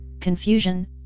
confusion